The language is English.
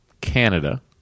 canada